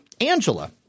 Angela